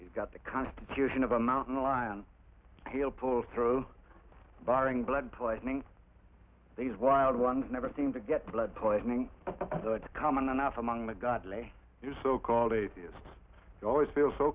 he's got the constitution of a mountain lion he'll pull through barring blood poisoning these wild ones never seem to get blood poisoning common enough among the godly your so called atheists always feel so